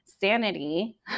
sanity